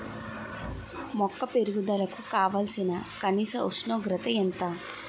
మొక్క పెరుగుదలకు కావాల్సిన కనీస ఉష్ణోగ్రత ఎంత?